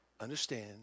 understand